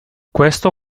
questo